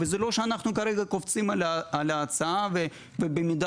וזה לא שאנחנו קופצים על ההצעה ובמידה